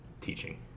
teaching